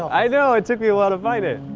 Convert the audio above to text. i know! it took me awhile to find it.